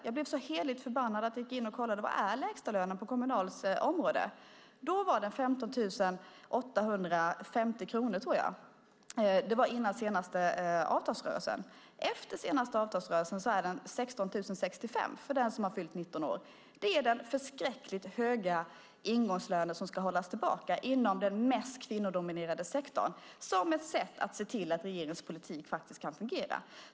Jag blev så heligt förbannad att jag gick in och kollade vad lägstalönen på Kommunals område var. Före den senaste avtalsrörelsen var det 15 850 kronor i månaden, tror jag. Efter den senaste avtalsrörelsen är det 16 065 kronor i månaden för den som har fyllt 19 år. Det är den förskräckligt höga ingångslönen som ska hållas tillbaka inom den mest kvinnodominerade sektorn som ett sätt att se till att regeringens politik faktiskt kan fungera.